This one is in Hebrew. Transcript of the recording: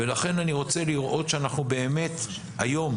לכן אני רוצה לראות שאנחנו באמת היום,